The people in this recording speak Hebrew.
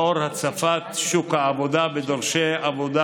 לאור הצפת שוק העבודה בדורשי עבודה